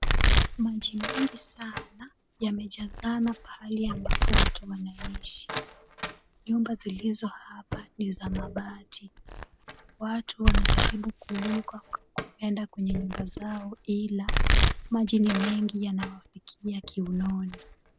Maji mengi sana yamejazana pahali ambapo watu wanaishi. Nyumba zilizo hapa ni za mabati. Watu wanajaribu kuvuka kuenda kwenye nyumba zao ila maji ni mengi yanawafikia kiunoni.